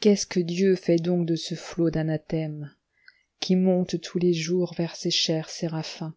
qu'est-ce que dieu fait donc de ce flot d'anathèmesqui monte tous les jours vers ses chers séraphins